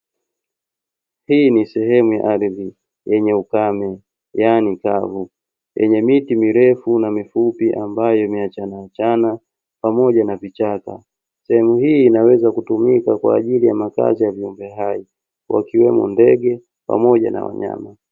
Hii ni sehemu ya ardhi yenye ukame, yaani kavu; yenye miti mirefu na mifupi ambayo imeachanaachana pamoja na vichaka. Sehemu hii inaweza kutumika kwa ajili ya makazi ya viumbe hai wakiwemo ndege pamoja na wanyama.